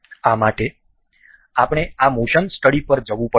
આ માટે આપણે આ મોશન સ્ટડી પર જવું પડશે